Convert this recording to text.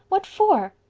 what for?